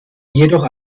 jedoch